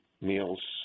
meals